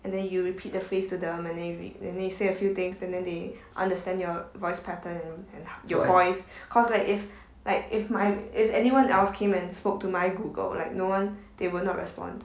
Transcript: and then you repeat the phrase to them then you say a few things and then they understand your voice pattern and your your voice because like if like if my if anyone else came and spoke to my Google like no one they will not respond